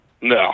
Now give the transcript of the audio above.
No